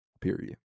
period